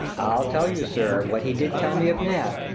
i'll tell you, sir, what he did tell me of nab.